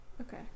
Okay